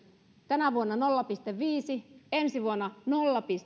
tänä vuonna nolla pilkku viisi ensi vuonna nolla